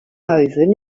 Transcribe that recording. oven